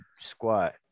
squat